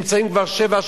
שנמצאים בכלא כבר שבע,